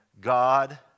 God